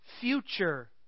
future